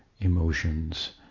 emotions